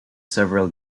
several